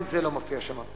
גם זה לא מופיע שם.